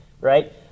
right